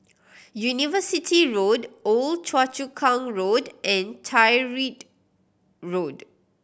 University Road Old Choa Chu Kang Road and Tyrwhitt Road